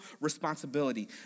responsibility